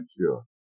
sure